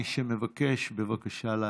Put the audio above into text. מי שמבקש, בבקשה להצביע.